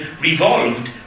revolved